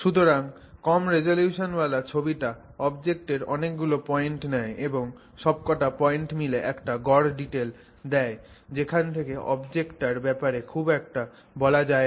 সুতরাং কম রিজোলিউশন ওয়ালা ছবিটা অবজেক্টের অনেক গুলো পয়েন্ট নেয় এবং সব কটা পয়েন্ট মিলে একটা গড় ডিটেল দেয় যেখান থেকে অবজেক্টটার ব্যাপারে খুব একটা বলা যায় না